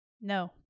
No